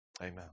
Amen